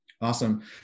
Awesome